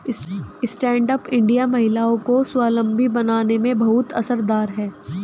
stand up India महिलाओं को स्वावलम्बी बनाने में बहुत असरदार है